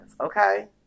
okay